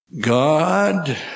God